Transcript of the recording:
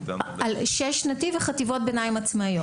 על שש שנתי וחטיבות ביניים עצמאיות.